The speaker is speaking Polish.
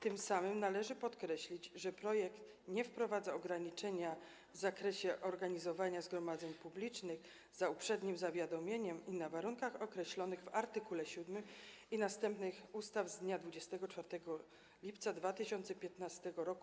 Tym samym należy podkreślić, że projekt nie wprowadza ograniczenia w zakresie organizowania zgromadzeń publicznych za uprzednim zawiadomieniem i na warunkach określonych w art. 7 i następnych ustawy z dnia 24 lipca 2015 r.